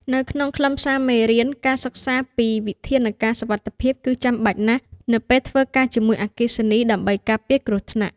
នៅក្នុងខ្លឹមសារមេរៀនការសិក្សាពីវិធានការសុវត្ថិភាពគឺចាំបាច់ណាស់ នៅពេលធ្វើការជាមួយអគ្គិសនី ដើម្បីការពារគ្រោះថ្នាក់។